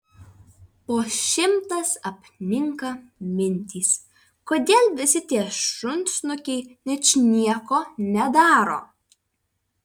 po šimtas apninka mintys kodėl visi tie šunsnukiai ničnieko ne daro